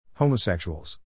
homosexuals